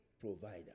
Provider